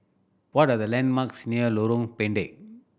what are the landmarks near Lorong Pendek